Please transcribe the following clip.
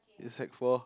in sec-four